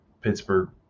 Pittsburgh